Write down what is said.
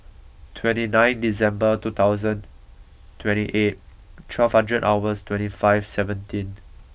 twenty nine December two thousand twenty eight twelve hundred hours twenty five seventeen